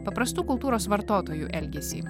paprastų kultūros vartotojų elgesį